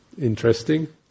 interesting